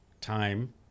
time